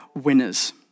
winners